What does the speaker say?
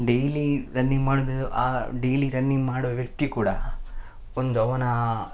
daily running ಮಾಡೋದ್ರಿಂದ ಆ daily running ಮಾಡುವ ವ್ಯಕ್ತಿ ಕೂಡ ಒಂದು ಅವನ